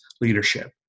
leadership